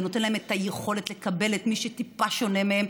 זה נותן להם את היכולת לקבל את מי שטיפה שונה מהם,